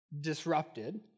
disrupted